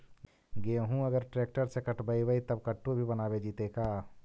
गेहूं अगर ट्रैक्टर से कटबइबै तब कटु भी बनाबे जितै का?